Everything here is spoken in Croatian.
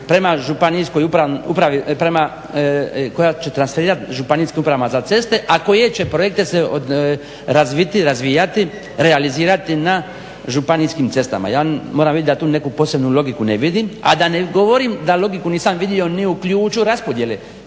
prema koja će transferirat županijskoj upravi za ceste a koje će projekte razviti, razvijati, realizirati na županijskim cestama. Ja moram vidjeti da tu neku posebnu logiku ne vidim. A da ne govorim da ni logiku nisam vidio ni u ključu raspodjele